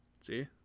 See